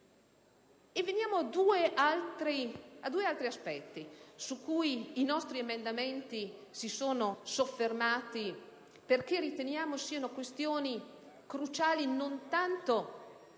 E veniamo a due altri aspetti su cui i nostri emendamenti si sono soffermati perché riteniamo siano questioni cruciali, non tanto